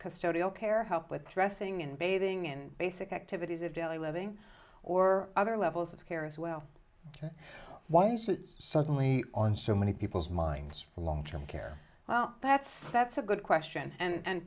custodial care help with dressing and bathing and basic activities of daily living or other levels of care as well or once was suddenly on so many people's minds for long term care well that's that's a good question and